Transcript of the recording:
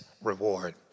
reward